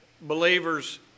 believers